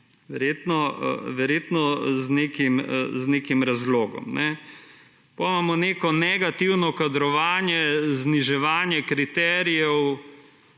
Verjetno z nekim razlogom. Potem imamo neko negativno kadrovanje, zniževanje kriterijev,